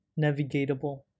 navigatable